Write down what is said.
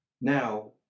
now